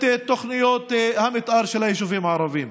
תוכניות המתאר של היישובים הערביים.